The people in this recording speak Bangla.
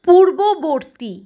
পূর্ববর্তী